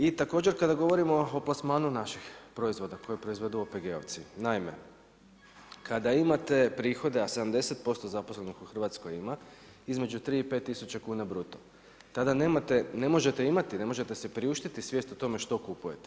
I također kada govorimo o plasmanu naših proizvoda koje proizvode OPG-ovci naime kada imate prihode, a 70% zaposlenog u Hrvatskoj ima između 3 i 5 tisuća kuna bruto, tada ne možete imati, ne možete si priuštiti svijest o tome što kupujete.